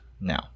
now